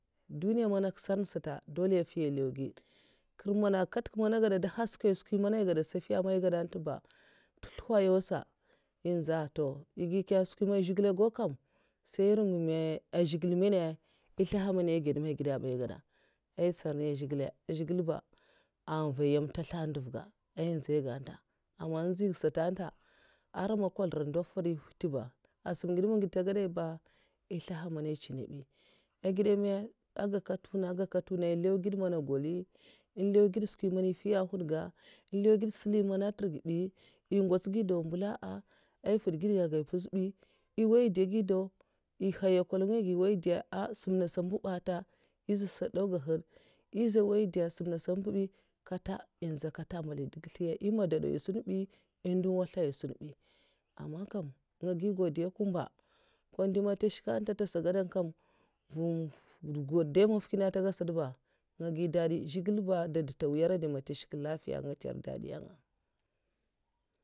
Duniya'mana nkisar na' sata doleya nfiya nlew ged nkr ga man nkatak agada da nhaskey skwi mana ai gada sa nfiya ma egeda nteba nzlughyaun sa ehn nza to eh gyi kyw skwi man zhigile n'gau kam nsai man ehn rungwumadzin zhigile mana eh slaha mana ai ged ma egida bay eh gada ntsèn nri zhigile ehn van nyem ntasla nduvga ehn nzey'ga nta aman nzey sata n'nta ara man nkozler mbafkdi kwut'ba asam ndi nged nta gaday ba eh slaha mana'eh ntsena bi eh gida'ma agaka ntuna agaka ntuna n'lew ged mana goli n'lew skwi mana'ng ehn'fiya hwud'ga n'lew nged suli mana ntriy ga bi' ehn ngwots gidau mbela ai ga mfwud gedga mpezh bi eh nwaiy dwo gidau eh nhaya nkwalan'ngwi ga eh nwoy'n dwo ah sam nasa ambuba nta eh zasa dew'ga had' eh za'nwaiya dwo sam nasa ambay kata ehn nza kata mbali'ndugwuzlem eh mada'dau eh sunbi eh ndo nwatsla eh sunbay amma kam nga gi godiya kumba'a ko ndi man nte shke'n' nta sa gadan kam nva gwad dai maf'kin'na ntegedsata ba nga gui dadi zhigile ba da dita de man nte shke lafiya nka ntzun da'diy nga.